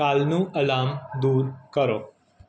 કાલનું અલાર્મ દૂર કરો